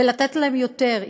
ולתת להם יותר,